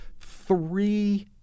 three